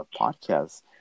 podcast